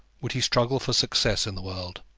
would he struggle for success in the world.